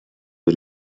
per